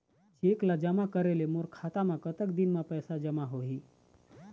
Cheque ला जमा करे ले मोर खाता मा कतक दिन मा पैसा जमा होही?